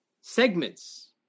Segments